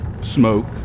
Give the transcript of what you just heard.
smoke